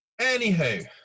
Anywho